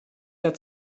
der